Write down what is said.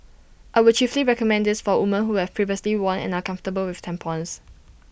I would chiefly recommend this for women who have previously worn and are comfortable with tampons